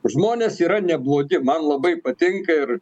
žmonės yra neblogi man labai patinka ir